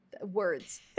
Words